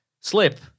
slip